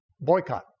boycott